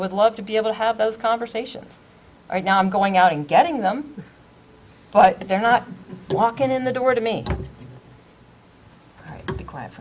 would love to be able to have those conversations or now i'm going out and getting them but they're not walking in the door to me to cl